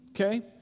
Okay